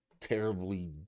terribly